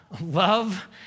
love